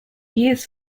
years